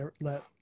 let